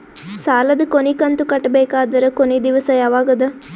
ಸಾಲದ ಕೊನಿ ಕಂತು ಕಟ್ಟಬೇಕಾದರ ಕೊನಿ ದಿವಸ ಯಾವಗದ?